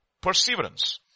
perseverance